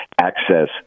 access